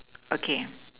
okay